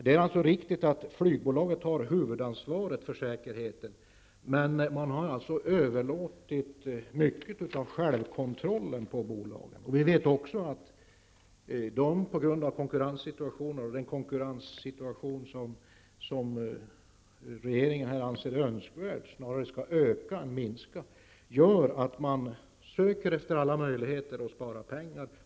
Det är riktigt att flygbolaget har huvudansvaret för säkerheten. Men man har överlåtit mycket av självkontrollen på bolaget. Vi vet att bolagen på grund av konkurrenssituationen -- den konkurrens som regeringen anser önskvärd och snarare bör öka än minska -- söker efter alla möjligheter att spara pengar.